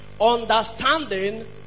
Understanding